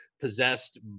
possessed